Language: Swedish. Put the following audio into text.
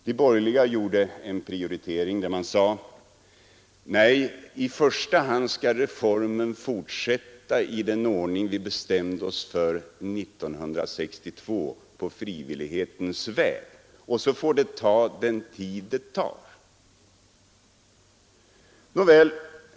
Men de borgerliga gjorde en annan prioritering och sade: Nej, reformen skall i första hand fortsätta i den ordning och på frivillighetens väg som vi bestämde oss för 1962; sedan får det ta den tid det tar.